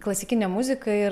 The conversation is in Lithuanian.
klasikinę muziką ir